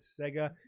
sega